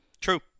True